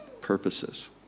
purposes